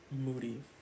moody